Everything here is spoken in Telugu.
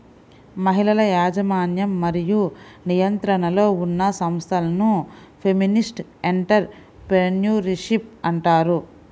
మహిళల యాజమాన్యం మరియు నియంత్రణలో ఉన్న సంస్థలను ఫెమినిస్ట్ ఎంటర్ ప్రెన్యూర్షిప్ అంటారు